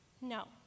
No